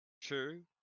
True